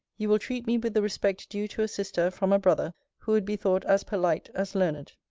you will treat me with the respect due to a sister from a brother who would be thought as polite as learned.